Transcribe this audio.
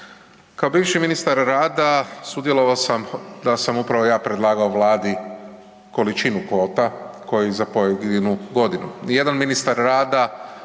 Kao bivši ministar rada sudjelovao sam da sam upravo ja predlagao Vladi količinu kvota za pojedinu godinu.